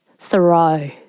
Thoreau